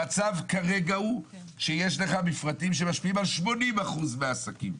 המצב כרגע הוא שיש לך מפרטים שמשפיעים על 80% מהעסקים.